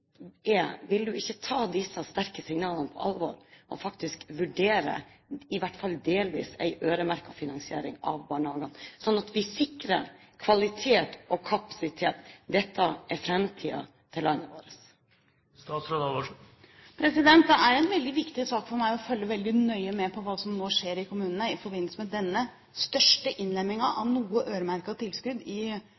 er: Vil du ta disse sterke signalene på alvor og faktisk vurdere – i hvert fall delvis – en øremerket finansiering av barnehagene, slik at vi sikrer kvalitet og kapasitet? Dette er framtiden til landet vårt. Det er en veldig viktig sak for meg å følge veldig nøye med på hva som nå skjer i kommunene i forbindelse med disse 28 barnehagemilliardene, som er den største innlemmingen av